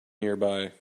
nearby